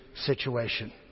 situation